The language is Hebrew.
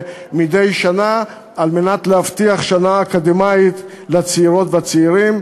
מדי שנה כדי להבטיח שנה אקדמית לצעירות ולצעירים,